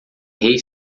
rei